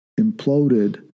imploded